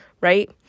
right